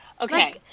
Okay